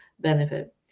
benefit